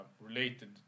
related